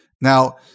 Now